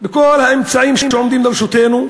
בכל האמצעים שעומדים לרשותנו,